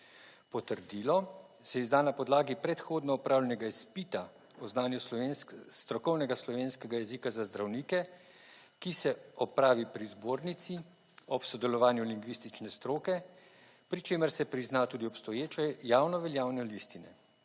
Potrdilo se izda na podlagi predhodno opravljenega izpita o znanju strokovnega slovenskega jezika za zdravnike, ki se opravi pri zbornici ob sodelovanju lingvistične stroke, pri čemer se prizna tudi obstoječe javno veljavne listine.